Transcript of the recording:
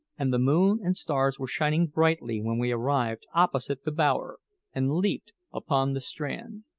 and the moon and stars were shining brightly when we arrived opposite the bower and leaped upon the strand.